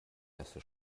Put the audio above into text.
erste